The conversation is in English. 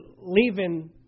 leaving